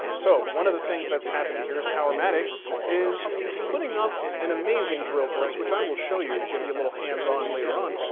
um so one of the thing's that's happening here is powermatic is putting up an amazing drill press, which i will show you, give you a little hands on later on,